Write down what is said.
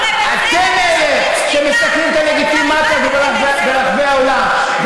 אתם אלה שמסכנים את הלגיטימציה ברחבי העולם.